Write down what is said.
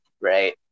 right